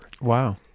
wow